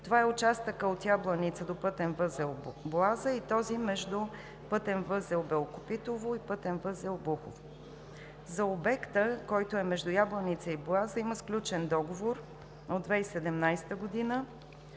Това е участъкът от Ябланица до пътен възел „Боаза“, и този между пътен възел „Белокопитово“ и пътен възел „Буково“. За обекта, който е между Ябланица и Боаза, има сключен договор от 2017 г. за